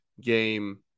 game